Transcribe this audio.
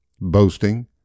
boasting